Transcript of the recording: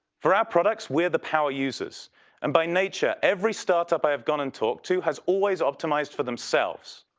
for our products we are the power users and by nature every start up i have gone and talked to has always optimized for themselves.